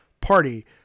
Party